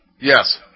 Yes